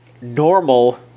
normal